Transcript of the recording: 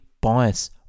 bias